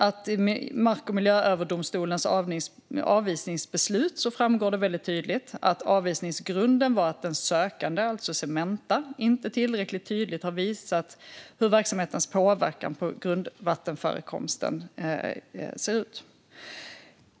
I Mark och miljööverdomstolens avvisningsbeslut framgår det väldigt tydligt att avvisningsgrunden var att den sökande, alltså Cementa, inte tillräckligt tydligt visat hur verksamhetens påverkan på grundvattenförekomsten ser ut.